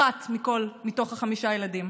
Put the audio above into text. אחת מתוך חמישה הילדים: